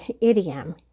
idiom